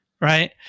right